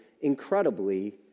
incredibly